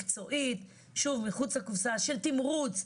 מקצועית, שוב, מחוץ לקופסה, של תמרוץ.